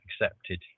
accepted